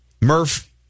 Murph